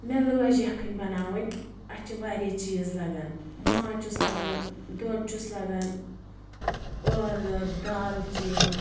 مےٚ لٲج یَکٕھنۍ بَناوٕنۍ اَتھ چھِ واریاہ چیٖز لَگان ماز چھُس لَگَان دۄد چھُس لَگَن ٲلہٕ دالہٕ چیٖن